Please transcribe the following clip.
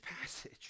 passage